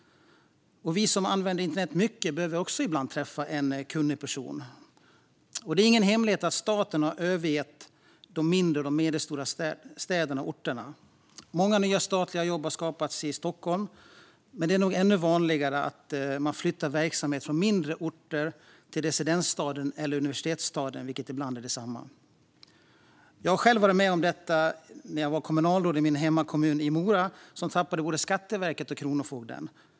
Vi som använder internet mycket behöver också ibland träffa en kunnig person. Det är ingen hemlighet att staten har övergett de mindre och medelstora städerna och orterna. Många nya statliga jobb har skapats i Stockholm. Men det är nog ännu vanligare att man flyttar verksamhet från mindre orter till residensstaden eller universitetsstaden, vilket ibland är detsamma. Jag har själv varit med om detta när jag var kommunalråd i min hemkommun Mora som tappade både Skatteverket och Kronofogden.